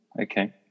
Okay